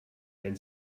denn